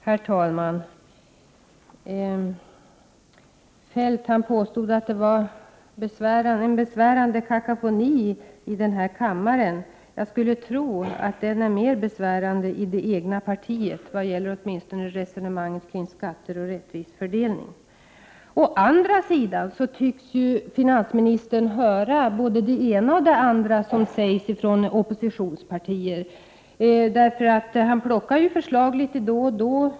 Herr talman! Feldt påstod att det var en besvärande kakofoni i den här kammaren. Jag skulle tro att den är mer besvärande i det egna partiet, åtminstone vad gäller resonemanget kring skatter och en rättvis fördelning. Finansministern tycks emellertid höra både det ena och det andra som sägs från oppositionspartierna. Han plockar nämligen borgerliga förslag litet då och då.